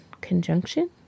conjunction